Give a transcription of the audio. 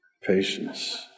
Patience